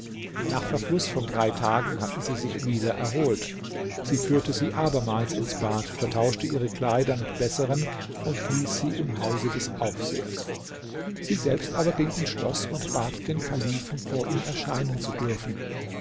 nach verfluß von drei tagen hatten sie sich wieder erholt sie führte sie abermals ins bad vertauschte ihre kleider mit besseren und ließ sie im hause des aufsehers sie selbst aber ging ins schloß und bat den kalifen vor ihm erscheinen zu dürfen